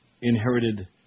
inherited